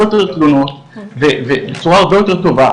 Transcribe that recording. יותר תלונות ובצורה הרבה יותר טובה,